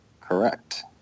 correct